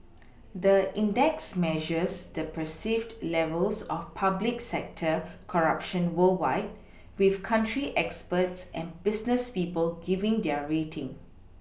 the index measures the perceived levels of public sector corruption worldwide with country experts and business people giving their rating